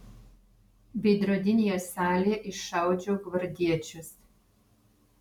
veidrodinėje salėje iššaudžiau gvardiečius